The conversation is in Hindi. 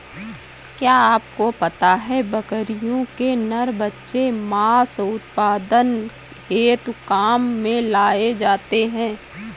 क्या आपको पता है बकरियों के नर बच्चे मांस उत्पादन हेतु काम में लाए जाते है?